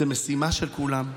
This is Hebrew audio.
זאת משימה של כולם,